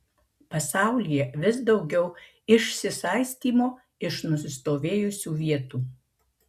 pasaulyje vis daugiau išsisaistymo iš nusistovėjusių vietų